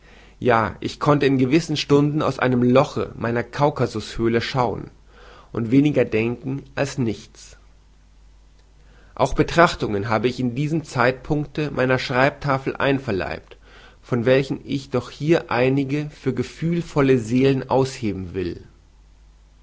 ja ich konnte in gewissen stunden aus einem loche meiner kaukasushöle schauen und weniger denken als nichts auch betrachtungen habe ich in diesem zeitpunkte meiner schreibtafel einverleibt von welchen ich doch hier einige für gefühlvolle seelen ausheben will